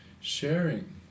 sharing